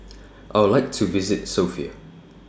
I Would like to visit Sofia